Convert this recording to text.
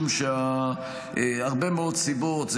מהרבה מאוד סיבות.